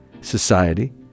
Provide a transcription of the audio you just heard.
society